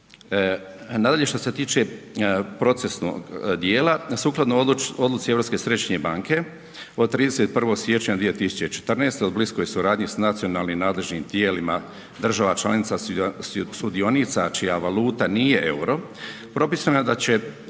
Nadalje, što se tiče procesnog dijela, sukladno odluci Europske središnje banke od 31. siječnja 2014. o bliskoj suradnji s nacionalnim nadležnim tijelima država članica sudionica čija valuta nije EUR-o, propisano je da će